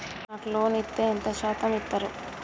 నాకు లోన్ ఇత్తే ఎంత శాతం ఇత్తరు?